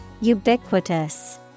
Ubiquitous